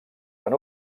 van